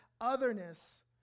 otherness